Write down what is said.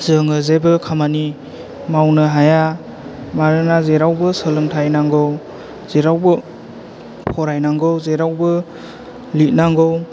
जोङो जेबो खामानि मावनो हाया मानोना जेरावबो सोलोंथाइ नांगौ जेरावबो फरायनांगौ जेरावबो लिरनांगौ